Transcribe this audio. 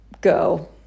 go